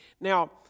Now